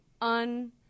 un